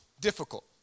Difficult